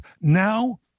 now